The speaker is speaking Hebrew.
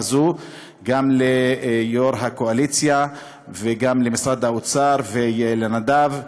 זו, גם ליו"ר הקואליציה וגם למשרד האוצר ולנדב.